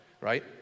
right